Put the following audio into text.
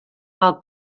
mal